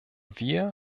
wir